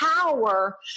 power